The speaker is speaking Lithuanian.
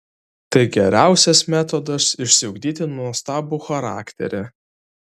tai geriausias metodas išsiugdyti nuostabų charakterį